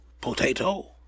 Potato